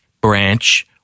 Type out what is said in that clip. branch